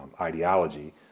ideology